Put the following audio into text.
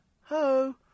hello